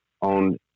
on